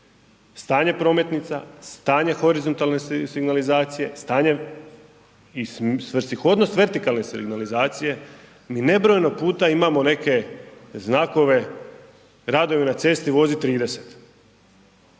stanje prometnica, stanje horizontalne signalizacije, stanje i svrsishodnost vertikalne signalizacije. Mi nebrojeno puta imamo neke znakove, radove na cesti vozi 30.